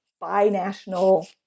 bi-national